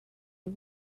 you